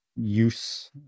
use